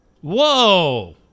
Whoa